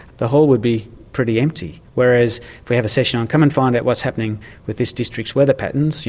the hall would be pretty empty. whereas if we have a session on come and find out what's happening with this district's weather patterns, you